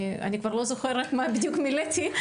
אני כבר לא זוכרת מה בדיוק מילאתי,